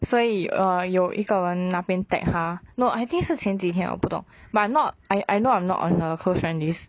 所以 err 有一个人那边 tag 她 no I think 是前几天我不懂 but not I I know I'm not on her close friend list